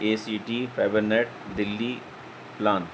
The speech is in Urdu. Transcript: a C T fibre net Delhi plan